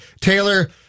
Taylor